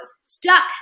stuck